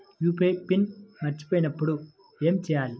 UPI PIN మరచిపోయినప్పుడు ఏమి చేయాలి?